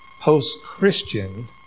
post-Christian